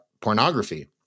pornography